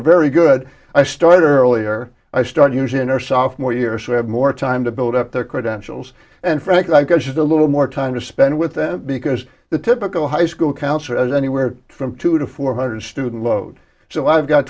are very good i started earlier i start using their sophomore year so i have more time to build up their credentials and frankly i should do a little more time to spend with them because the typical high school counts are as anywhere from two to four hundred student load so i've got